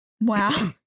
Wow